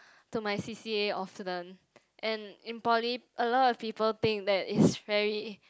to my C_C_A often and in poly a lot of people think that is very